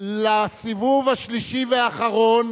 לסיבוב השלישי והאחרון